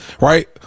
Right